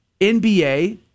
NBA